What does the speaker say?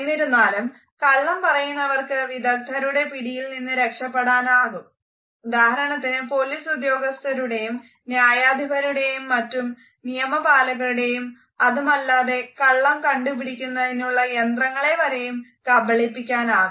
എന്നിരുന്നാലും കള്ളം പറയുന്നവർക്ക് വിദഗ്ധരുടെ പിടിയിൽനിന്ന് രക്ഷപെടാനാകും ഉദാഹരണത്തിന് പോലീസ് ഉദ്യോഗസ്ഥരുടെയും ന്യായാധിപരുടെയും മറ്റു നിയമപാലകരുടെയും അതുമല്ലതെ കള്ളം കണ്ടുപിടിക്കുന്നതിനുള്ള യന്ത്രങ്ങളെ വരെയും കബളിപ്പിക്കാനാവും